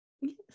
Yes